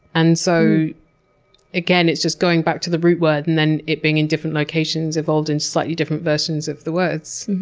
and so again, it's just going back to the root word and then it being in different locations evolved into slightly different versions of the words.